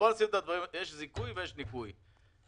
יש זיכוי ויש ניכוי.